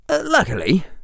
Luckily